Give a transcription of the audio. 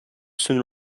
soon